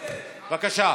בבקשה.